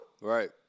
Right